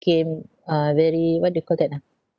~came uh very what do you call that ah